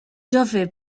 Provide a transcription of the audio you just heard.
jove